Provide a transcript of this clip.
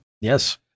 yes